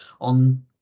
on